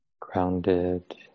grounded